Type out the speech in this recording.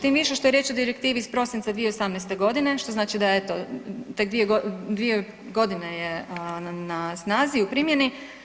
Tim više što je riječ o direktivi iz prosinca 2018. godine što znači da eto tek 2 godine je na snazi, u primjeni.